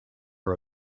are